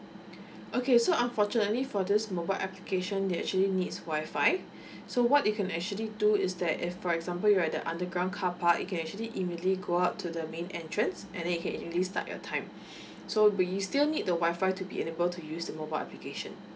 okay so unfortunately for this mobile application that actually needs W_I_F_I so what you can actually do is that if for example you are at the underground carpark you can actually immediately go up to the main entrance and then you can immediately start your time so but you still need the W_I_F_I to be able to use the mobile application